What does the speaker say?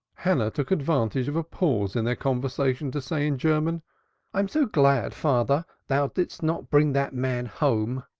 hannah took advantage of a pause in their conversation to say in german i am so glad, father, thou didst not bring that man home.